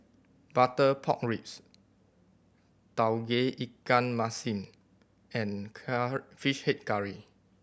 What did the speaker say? butter pork ribs Tauge Ikan Masin and Fish Head Curry